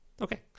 Okay